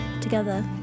together